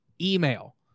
Email